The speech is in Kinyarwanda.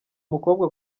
mukobwa